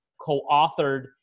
co-authored